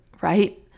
right